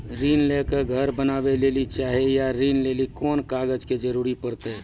ऋण ले के घर बनावे लेली चाहे या ऋण लेली कोन कागज के जरूरी परतै?